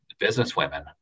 businesswomen